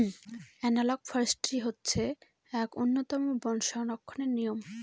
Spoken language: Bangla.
এনালগ ফরেষ্ট্রী হচ্ছে এক উন্নতম বন সংরক্ষণের নিয়ম